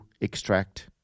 extract